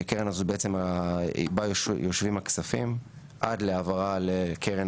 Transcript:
שבקרן הזאת יושבים הכספים עד להעברה לקרן